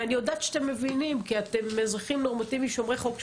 ואני יודעת שאתם מבינים כי אתם אזרחים נורמטיביים שומרי חוק,